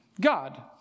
God